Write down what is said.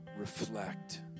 Reflect